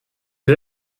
der